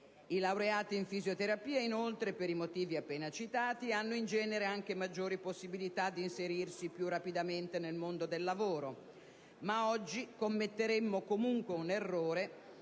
I laureati in fisioterapia inoltre, per i motivi appena citati, hanno in genere anche maggiori possibilità di inserirsi più rapidamente nel mondo del lavoro, ma oggi commetteremmo comunque un errore,